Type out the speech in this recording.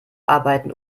arbeiten